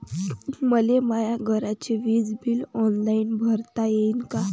मले माया घरचे विज बिल ऑनलाईन भरता येईन का?